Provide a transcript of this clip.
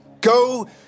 Go